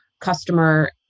customer